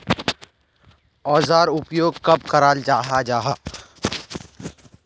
औजार उपयोग कब कराल जाहा जाहा?